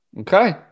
Okay